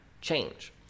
change